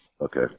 Okay